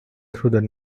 through